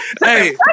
Hey